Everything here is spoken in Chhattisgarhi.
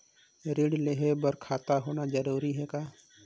ऋण लेहे बर खाता होना जरूरी ह का?